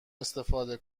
استفاده